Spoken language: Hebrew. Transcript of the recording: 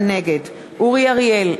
נגד אורי אריאל,